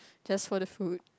just for the food